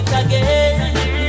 again